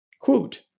Quote